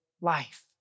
life